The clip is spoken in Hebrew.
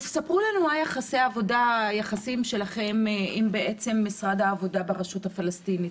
ספרו לנו מה היחסים שלכם עם משרד העבודה ברשות הפלסטינית,